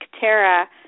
Tara